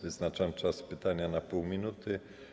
Wyznaczam czas pytania na pół minuty.